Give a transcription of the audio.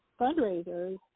fundraisers